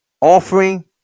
offering